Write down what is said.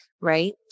right